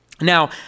Now